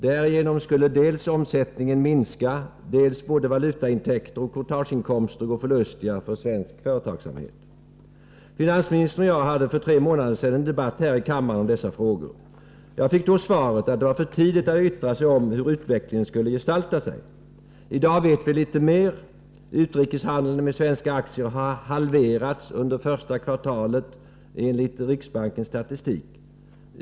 Därigenom skulle dels omsättningen minska, dels både valutaintäkter och courtageinkomster gå förlustiga för svensk företagsamhet. Finansministern och jag hade för tre månader sedan en debatt här i kammaren om dessa frågor. Jag fick då svaret att det var för tidigt att yttra sig om hur utvecklingen skulle gestalta sig. I dag vet vi litet mer. Utrikeshandeln med svenska aktier har halverats under årets första kvartal, enligt riksbankens statistik.